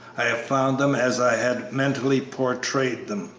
i have found them as i had mentally portrayed them.